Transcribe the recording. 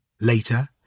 Later